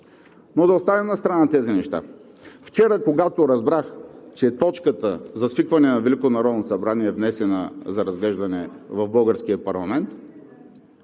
Да оставим настрана тези неща. Вчера, когато разбрах, че точката за свикване на Велико народно събрание е внесена за разглеждане в българския парламент,